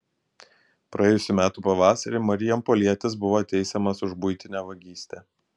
praėjusių metų pavasarį marijampolietis buvo teisiamas už buitinę vagystę